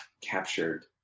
captured